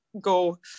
go